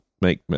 make